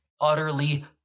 utterly